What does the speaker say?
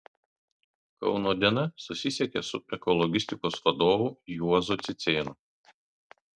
kauno diena susisiekė su ekologistikos vadovu juozu cicėnu